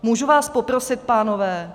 Můžu vás poprosit, pánové?